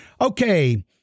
Okay